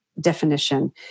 definition